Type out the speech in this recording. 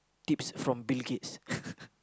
tips from Bill-Gates